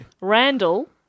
Randall